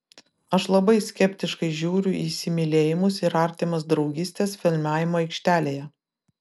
aš labai skeptiškai žiūriu į įsimylėjimus ir artimas draugystes filmavimo aikštelėje